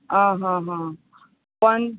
અહં હં પણ